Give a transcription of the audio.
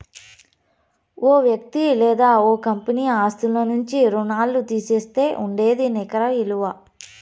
ఓ వ్యక్తి లేదా ఓ కంపెనీ ఆస్తుల నుంచి రుణాల్లు తీసేస్తే ఉండేదే నికర ఇలువ